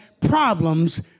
problems